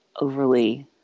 overly